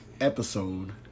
episode